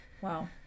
Wow